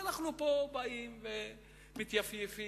ואנחנו פה באים ומתייפייפים,